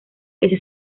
ese